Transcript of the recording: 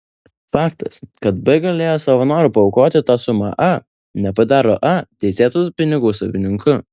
faktas kad b galėjo savo noru paaukoti tą sumą a nepadaro a teisėtu pinigų savininku